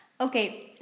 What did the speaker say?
Okay